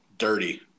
Dirty